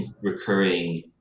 recurring